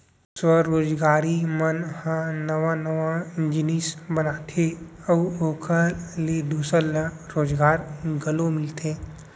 कुछ स्वरोजगारी मन ह नवा नवा जिनिस बनाथे अउ ओखर ले दूसर ल रोजगार घलो मिलथे